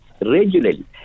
regularly